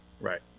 Right